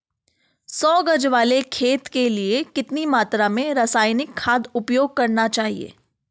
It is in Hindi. सौ गज वाले खेत के लिए कितनी मात्रा में रासायनिक खाद उपयोग करना चाहिए?